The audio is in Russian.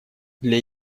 для